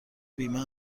بیمه